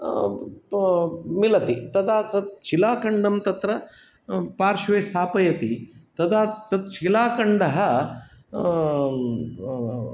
मिलति तदा तत् शिलाखण्डं तत्र पार्श्वे स्थापयति तदा तत् शिलाखण्डः